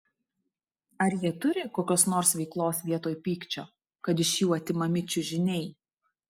ar jie turi kokios nors veiklos vietoj pykčio kad iš jų atimami čiužiniai